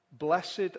Blessed